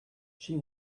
she